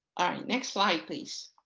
ah next slide please.